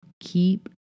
keep